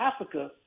Africa